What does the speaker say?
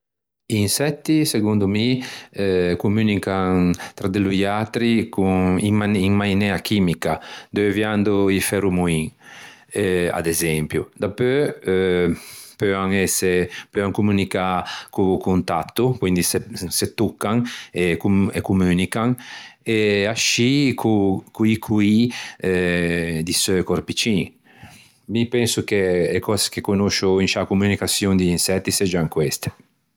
I insetti segondo mi communican tra de loiatri con in mani- mainea chimica deuviando i feromoin eh ad esempio. Dapeu peuan ëse, peuan communicâ co-o contatto quindi se se toccan e comm- e communican e ascì co co-i coî eh di seu corpicin. Mi penso che e cöse che conoscio in sciâ communicaçion di insetti seggian queste.